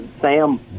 Sam